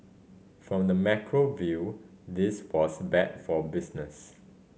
from the macro view this was bad for business